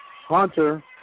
Hunter